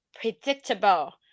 predictable